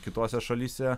kitose šalyse